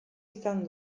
izan